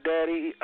Daddy